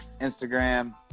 Instagram